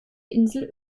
insel